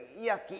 yucky